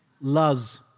Luz